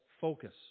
focus